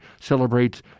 celebrates